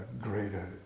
greater